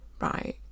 Right